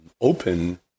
open